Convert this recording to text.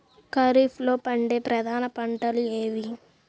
ఖరీఫ్లో పండే ప్రధాన పంటలు ఏవి?